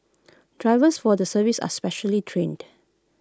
drivers for the service are specially trained